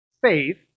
faith